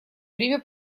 время